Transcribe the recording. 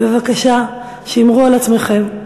בבקשה שמרו על עצמכם.